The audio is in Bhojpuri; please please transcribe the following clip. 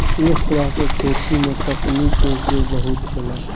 ऐ तरह के खेती में तकनीक के उपयोग बहुत होला